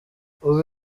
ubu